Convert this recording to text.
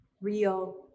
real